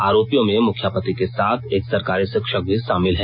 आरोपियों में मुखिया पति के साथ एक सरकारी शिक्षक भी शामिल है